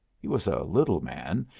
he was a little man,